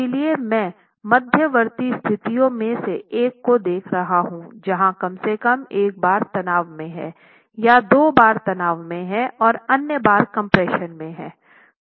इसलिए मैं मध्यवर्ती स्थितियों में से एक को देख रहा हूं जहां कम से कम एक बार तनाव में है या दो बार तनाव में हैं और अन्य बार कम्प्रेशन में हैं